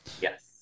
Yes